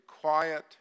quiet